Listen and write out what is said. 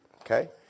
okay